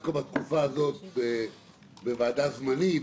דווקא בתקופה הזו בוועדה זמנית,